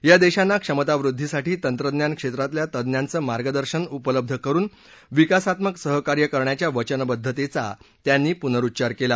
या देशांना क्षमतावृद्धीसाठी तंत्रज्ञान क्षेत्रातल्या तज्ञांचं मार्गदर्शन उपलब्ध करून विकासात्मक सहकार्य करण्याच्या वचनबद्वतेचा त्यांनी पुनरुच्चार केला